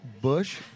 Bush